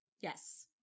Yes